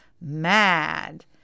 mad